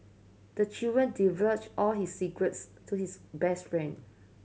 the divulged all his secrets to his best friend